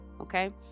okay